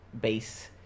base